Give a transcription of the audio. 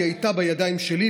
היא הייתה בידיים שלי,